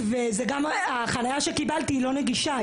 החניה שקיבלתי גם לא נגישה,